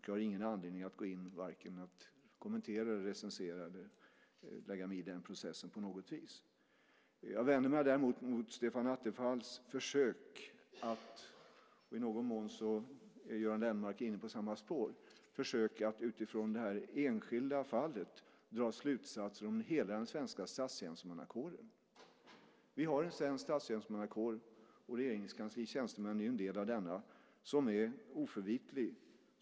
Jag har ingen anledning att gå in och vare sig kommentera eller recensera eller lägga mig i processen på något vis. Jag vänder mig däremot mot Stefan Attefalls försök - och i någon mån är Göran Lennmarker inne på samma spår - att utifrån det här enskilda fallet dra slutsatser om hela den svenska statstjänstemannakåren. Vi har en svensk statstjänstemannakår - Regeringskansliets tjänstemän är en del av denna - som är oförvitlig.